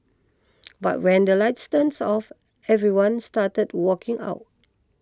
but when the lights turns off everyone started walking out